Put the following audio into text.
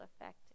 effect